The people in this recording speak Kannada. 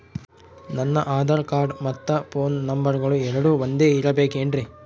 ನನ್ನ ಆಧಾರ್ ಕಾರ್ಡ್ ಮತ್ತ ಪೋನ್ ನಂಬರಗಳು ಎರಡು ಒಂದೆ ಇರಬೇಕಿನ್ರಿ?